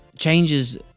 changes